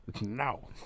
No